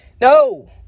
No